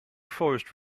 forest